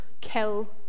kill